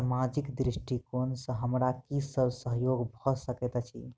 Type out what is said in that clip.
सामाजिक दृष्टिकोण सँ हमरा की सब सहयोग भऽ सकैत अछि?